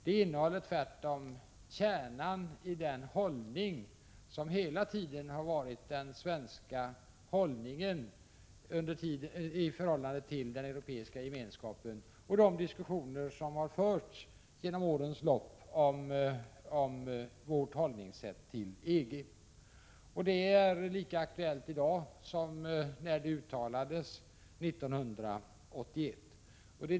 Det innehåller tvärtom kärnan i den hållning som Sverige hela tiden — 17 februari 1987 intagit i förhållande till europeiska gemenskapen i de diskussioner som förts under årens lopp om vår hållning till EG. Uttalandet är lika aktuellt i dag som när det gjordes 1981.